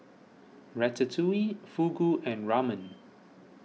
Ratatouille Fugu and Ramen